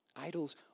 Idols